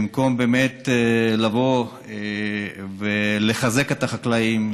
במקום לבוא ולחזק את החקלאים,